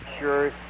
Sure